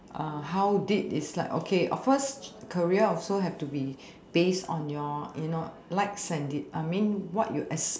uh how did it's like okay first career also have to be based on your you know likes and dis~ I mean what you asp~